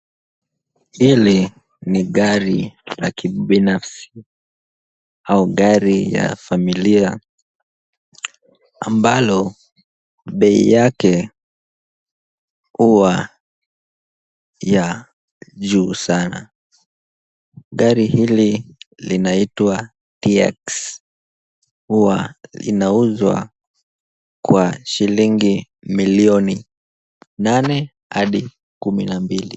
Hili ni gari la kibinafsi au gari ya familia ambalo bei yake huwa ya juu sana. Gari hili linaitwa TX huwa linauzwa kwa shilingi milioni nane hadi kumi na mbili.